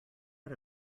out